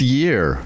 year